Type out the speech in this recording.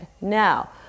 now